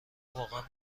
واقعا